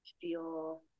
feel